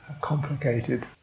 complicated